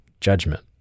judgment